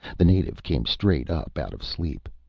the native came straight up out of sleep.